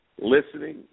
listening